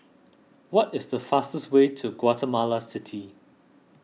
what is the fastest way to Guatemala City